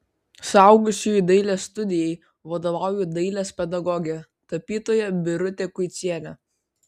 suaugusiųjų dailės studijai vadovauja dailės pedagogė tapytoja birutė kuicienė